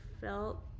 felt